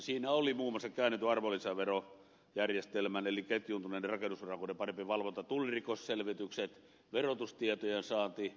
siinä oli muun muassa käännetyn arvonlisäverojärjestelmän eli ketjuuntuneiden rakennusurakoiden parempi valvonta tullirikosselvitykset verotustietojen saanti